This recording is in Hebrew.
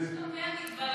האם משתמע מדבריך,